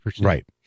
Right